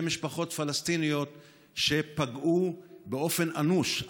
משפחות פלסטיניות שפגעו באופן אנוש,